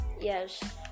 Yes